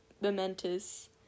momentous